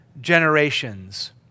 generations